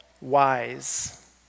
wise